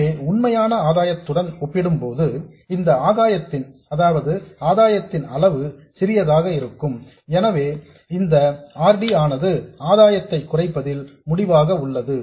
எனவே உண்மையான ஆதாயத்துடன் ஒப்பிடும்போது இந்த ஆதாயத்தின் அளவு சிறியதாக இருக்கும் ஆகவே இந்த R D ஆனது ஆதாயத்தை குறைப்பதில் முடிவாக உள்ளது